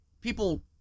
people